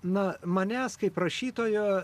na manęs kaip rašytojo